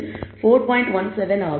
17 ஆகும்